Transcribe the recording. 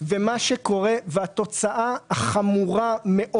כי זה דלתא ותפרון.